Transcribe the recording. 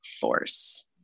Force